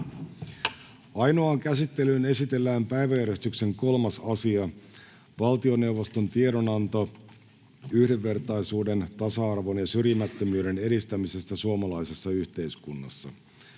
Ainoaan käsittelyyn esitellään päiväjärjestyksen 3. asia, valtioneuvoston tiedonanto yhdenvertaisuuden, tasa-arvon ja syrjimättömyyden edistämisestä suomalaisessa yhteiskunnassa.